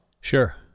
Sure